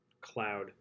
cloud